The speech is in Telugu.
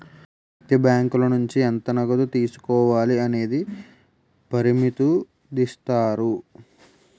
వ్యక్తి బ్యాంకుల నుంచి ఎంత నగదు తీసుకోవాలి అనేది పరిమితుదిస్తారు